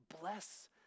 bless